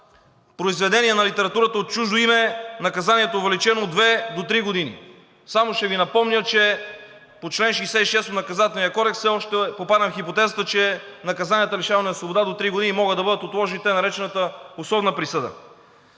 произведения на литературата от чуждо име“, наказанието е увеличено от две до три години. Само ще Ви напомня, че по чл. 66 от Наказателния кодекс все още попада хипотезата, че наказанията „лишаване от свобода до три години“ могат да бъдат отложени с тъй наречената условна присъда.